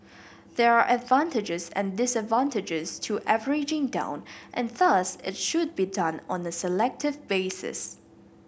there are advantages and disadvantages to averaging down and thus it should be done on a selective basis